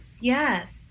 yes